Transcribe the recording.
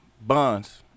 Bonds